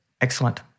excellent